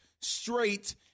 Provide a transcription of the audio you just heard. straight